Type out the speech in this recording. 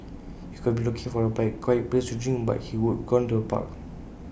he could have been looking for A quiet place to drink but he would've gone to A park